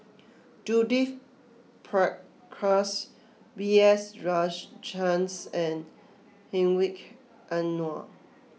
Judith Prakash B S Rajhans and Hedwig Anuar